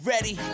Ready